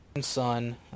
son